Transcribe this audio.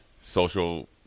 social